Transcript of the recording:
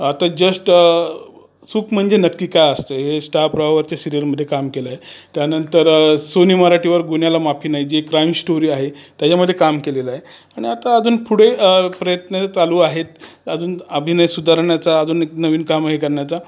आता जस्ट सुख म्हणजे नक्की काय असतं हे स्टार प्रवाह वरच्या सिरीयलमध्ये काम केलं आहे त्यानंतर सोनी मराठीवर गुन्ह्याला माफी नाही जी एक क्राइम श्टोरी आहे त्याच्यामधे काम केलेलं आहे आणि आता अजून पुढे प्रयत्न चालू आहेत अजून अभिनय सुधारण्याचा अजून एक नवीन कामं हे करण्याचा